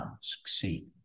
succeed